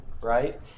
right